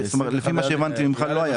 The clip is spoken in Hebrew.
לפי מה שהבנתי ממך לא היה.